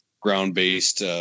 ground-based